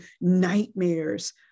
nightmares